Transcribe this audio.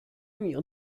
mio